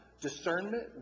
discernment